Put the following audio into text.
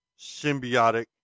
symbiotic